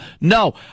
No